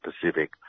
Pacific